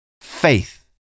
Faith